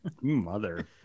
Mother